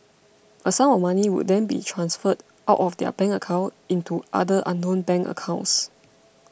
a sum of money would then be transferred out of their bank account into other unknown bank accounts